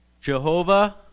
Jehovah